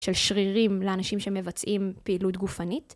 של שרירים לאנשים שמבצעים פעילות גופנית.